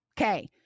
Okay